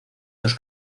dos